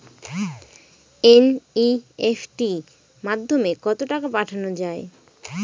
NEFT মাধ্যমে কত টাকা পাঠানো যায়?